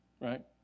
Right